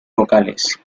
vocales